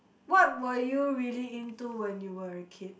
what were you really into when you were a kid